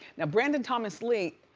now brandon thomas lee,